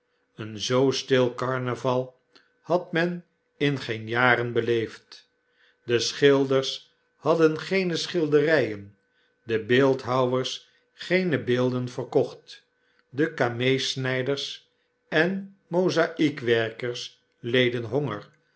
een zoo stil carnaval had men in geen jaren beleefd de schilders hadden geene schilderyen de beeldhouwers geene beelden verkocht de cameesnyders en mozaiekwerkers leden